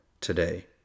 today